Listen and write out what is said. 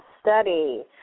study